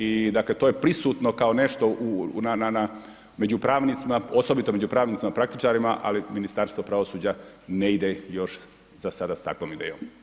I dakle to je prisutno kao nešto među pravnicima, osobito među pravnicima praktičarima ali Ministarstvo pravosuđa ne ide još za sada sa takvom idejom.